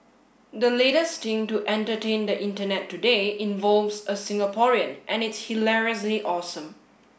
the latest thing to entertain the Internet today involves a Singaporean and it's hilariously awesome